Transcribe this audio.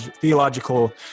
theological